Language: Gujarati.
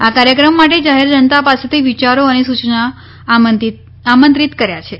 આ કાર્યક્રમ માટે જાહેર જનતા પાસેથી વિયારો અને સૂચનો આમંત્રિત કર્યા છે